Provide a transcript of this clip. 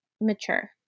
mature